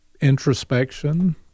introspection